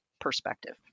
perspective